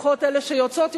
לפחות אלה שיוצאות,